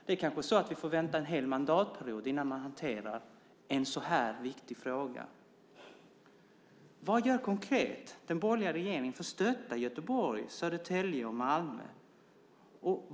Det är kanske så att vi får vänta en hel mandatperiod innan man hanterar en så här viktig fråga. Vad gör den borgerliga regeringen konkret för att stötta Göteborg, Södertälje och Malmö?